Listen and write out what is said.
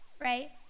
right